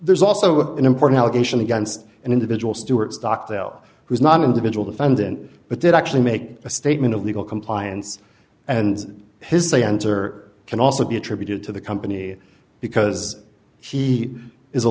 there's also an important allegation against an individual stewart stock though who is not an individual defendant but did actually make a statement of legal compliance and his say enter can also be attributed to the company because she is a